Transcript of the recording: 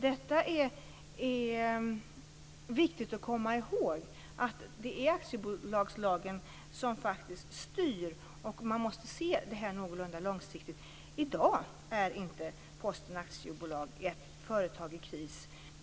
Detta är viktigt att komma ihåg, dvs. att det är aktiebolagslagen som faktiskt styr. Och man måste se detta någorlunda långsiktigt. I dag är Posten AB inte ett företag i kris.